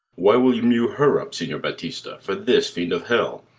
why will you mew her up, signior baptista, for this fiend of hell,